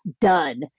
done